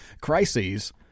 crises